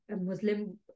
Muslim